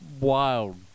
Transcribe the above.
wild